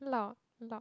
lau lau